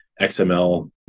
XML